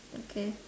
okay